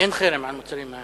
אין חרם על מוצרים,